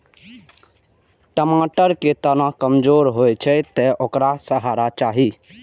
टमाटर के तना कमजोर होइ छै, तें ओकरा सहारा चाही